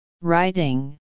Writing